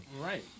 Right